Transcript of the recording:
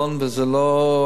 וזה לא אכסניה,